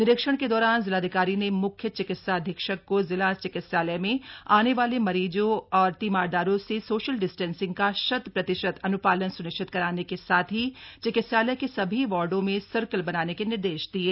निरीक्षण के दौरान जिलाधिकारी ने म्ख्य चिकित्सा अधीक्षक को जिला चिकित्सालय में आने वाले मरीजो और तीमारदारों से सोशल डिस्टेंसिंग का शत प्रतिशत अन्पालन सुनश्चित कराने के साथ ही चिकित्सालय के सभी वार्डो में सर्कल बनाने के निर्देश दिये